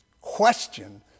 question